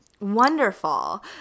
Wonderful